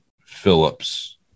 Phillips